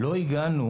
לא הגענו